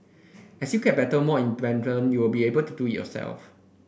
as you get better more independent you will be able to do it yourself